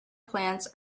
plants